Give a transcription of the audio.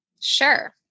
Sure